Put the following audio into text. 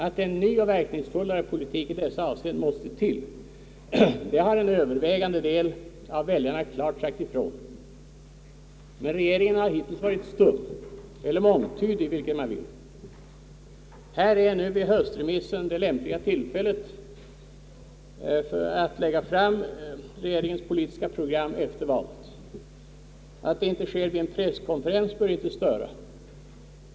Att en ny och verkningsfullare politik i dessa avseenden måste till, har en övervägande del av väljarna klart sagt ifrån, men regeringen har hittills varit stum eller mångtydig, vilket man vill. Här är nu vid höstremissen det lämpliga tillfället att lägga fram regeringens politiska program efter valet. Att det inte sker vid en presskonferens bör inte störa.